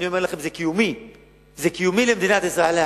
אני אומר לכם: זה קיומי למדינת ישראל.